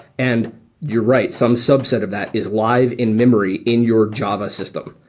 and you're right. some subset of that is live in-memory in your java system.